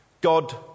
God